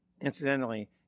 Incidentally